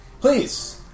Please